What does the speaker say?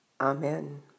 Amen